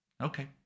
Okay